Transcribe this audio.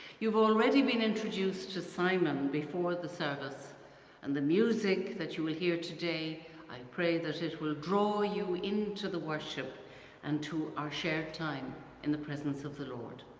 you've already been introduced to simon before the service and the music that you will hear today i pray that it will draw you into the worship and to our shared time in the presence of the lord.